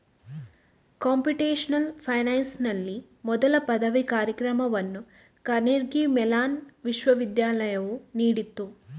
computational ಫೈನಾನ್ಸಿನಲ್ಲಿ ಮೊದಲ ಪದವಿ ಕಾರ್ಯಕ್ರಮವನ್ನು ಕಾರ್ನೆಗೀ ಮೆಲಾನ್ ವಿಶ್ವವಿದ್ಯಾಲಯವು ನೀಡಿತು